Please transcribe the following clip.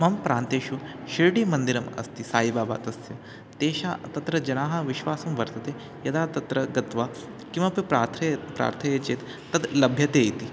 मम प्रान्तेषु शिर्डीमन्दिरम् अस्ति सायिबाबा तस्य तेषां तत्र जनाः विश्वासं वर्तते यदा तत्र गत्वा किमपि प्रार्थ्यते प्रार्थ्यते चेत् तद् लभ्यते इति